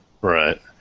Right